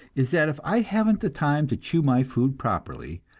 is that if i haven't the time to chew my food properly,